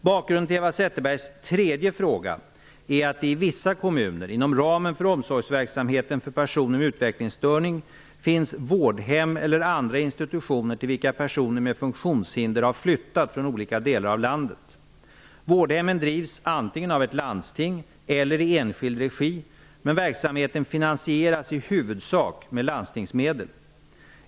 Bakgrunden till Eva Zetterbergs tredje fråga är att det i vissa kommuner, inom ramen för omsorgsverksamheten för personer med utvecklingsstörning, finns vårdhem eller andra institutioner till vilka personer med funktionshinder har flyttat från olika delar av landet. Vårdhemmen bedrivs antingen av ett landsting eller i enskild regi, men verksamheten finansieras i huvudsak med landstingsmedel.